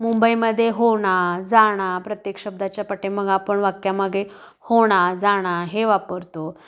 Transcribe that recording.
मुंबईमध्ये होणा जाणा प्रत्येक शब्दाच्या पाठीमागे आपण वाक्यामागे होणा जाणा हे वापरतो